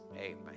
amen